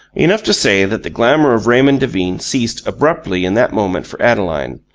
enough to say that the glamour of raymond devine ceased abruptly in that moment for adeline,